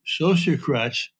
sociocrats